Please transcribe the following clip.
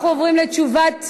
אנחנו עוברים לתשובת,